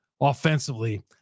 offensively